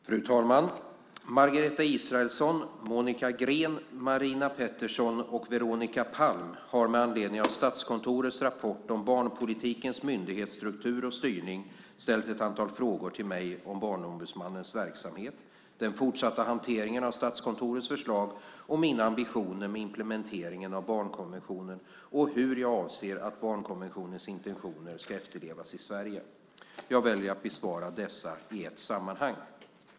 Fru talman! Margareta Israelsson, Monica Green, Marina Pettersson och Veronica Palm har med anledning av Statskontorets rapport om barnpolitikens myndighetsstruktur och styrning ställt ett antal frågor till mig om Barnombudsmannens verksamhet, den fortsatta hanteringen av Statskontorets förslag och mina ambitioner med implementeringen av barnkonventionen och hur jag avser att barnkonventionens intentioner ska efterlevas i Sverige. Jag väljer att besvara dessa i ett sammanhang.